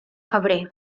febrer